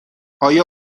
آیا